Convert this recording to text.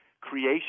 creation